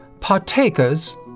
partakers